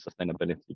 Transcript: sustainability